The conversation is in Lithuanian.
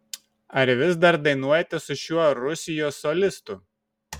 ar vis dar dainuojate su šiuo rusijos solistu